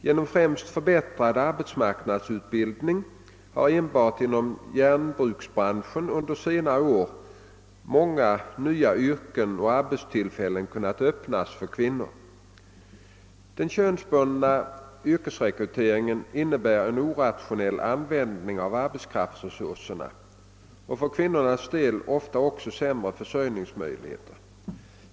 Genom främst förbättrad arbetsmarknadsutbildning har enbart inom järnbruksbranschen under senare år många nya yrken och arbetstillfällen kunnat öppnas för kvinnor. Den könsbundna yrkesrekryteringen innebär en orationell användning av arbetskraftsresurserna och för kvinnornas del ofta också sämre försörjningsmöjligheter.